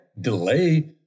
delay